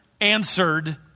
answered